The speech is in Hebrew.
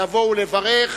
לבוא ולברך,